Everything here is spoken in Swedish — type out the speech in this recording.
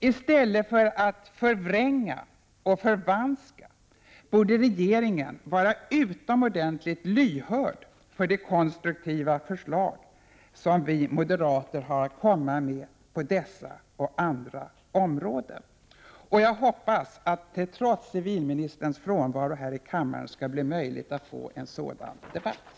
I stället för att förvränga och förvanska borde regeringen vara utomordentligt lyhörd för de konstruktiva förslag som vi moderater har att komma med på dessa och andra områden. Jag hoppas att det trots civilministerns frånvaro här i dag skall bli möjligt att få en debatt om dessa ting.